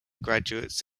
graduates